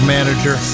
Manager